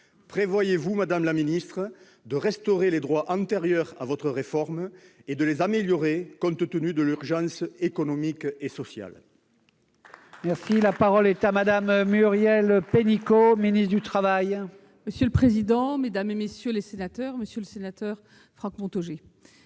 Prévoyez-vous, madame la ministre, de restaurer les droits antérieurs à votre réforme et de les améliorer, compte tenu de l'urgence économique et sociale